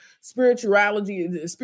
spirituality